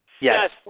Yes